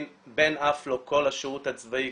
לבן עף כל השירות הצבאי,